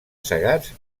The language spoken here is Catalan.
segats